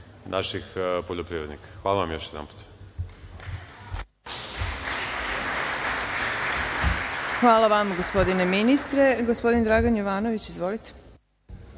naših poljoprivrednika. Hvala vam još jedanput. **Marina Raguš** Hvala vama, gospodine ministre. Gospodin Dragan Jovanović. Izvolite.